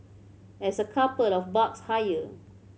as a couple of bucks higher